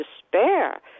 despair